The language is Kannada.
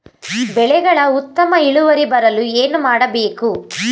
ಬೆಳೆಗಳ ಉತ್ತಮ ಇಳುವರಿ ಬರಲು ಏನು ಮಾಡಬೇಕು?